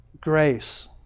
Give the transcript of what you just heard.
grace